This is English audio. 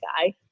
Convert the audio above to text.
guy